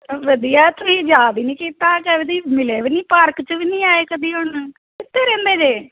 ਵਧੀਆ ਤੁਸੀਂ ਯਾਦ ਹੀ ਨਹੀਂ ਕੀਤਾ ਕਦੇ ਮਿਲੇ ਵੀ ਨਹੀਂ ਪਾਰਕ 'ਚ ਵੀ ਨਹੀਂ ਆਏ ਕਦੇ ਹੁਣ ਕਿੱਥੇ ਰਹਿੰਦੇ ਜੇ